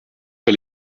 pas